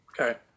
Okay